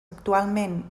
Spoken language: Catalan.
actualment